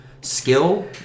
skill